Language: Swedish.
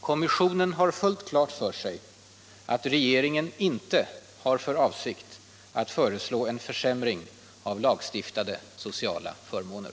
Kommissionen har fullt klart för sig att regeringen inte har för avsikt att föreslå en försämring av lagstiftade sociala förmåner.